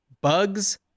bugs